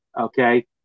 okay